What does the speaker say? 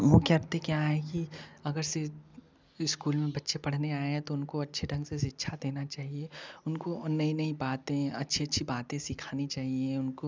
वो करते क्या है कि अगर इस्कूल में बच्चे पढ़ने आए हैं तो उनको अच्छे ढंग से शिक्षा देना चाहिए उनको नई नई बातें अच्छी अच्छी बातें सिखानी चाहिए उनको